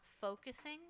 focusing